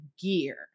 gear